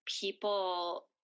people